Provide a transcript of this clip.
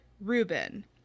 Ruben